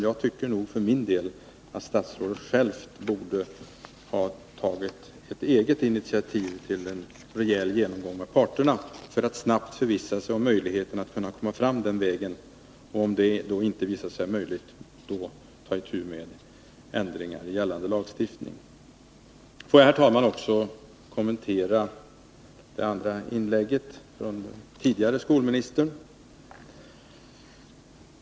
Jag tycker nog för min del att statsrådet själv borde ha tagit ett initiativ för en rejäl genomgång med parterna för att snabbt förvissa sig om möjligheterna att gå fram på den vägen, om det inte visar sig vara möjligt att vidta ändringar i gällande lagstiftning. Får jag, herr talman, också kommentera det andra inlägget från den tidigare skolministern.